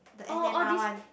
oh all these